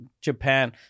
Japan